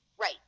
Right